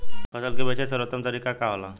फसल के बेचे के सर्वोत्तम तरीका का होला?